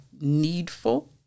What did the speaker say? needful